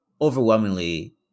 overwhelmingly